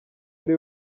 bari